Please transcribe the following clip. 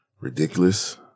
ridiculous